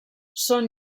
són